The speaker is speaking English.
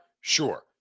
sure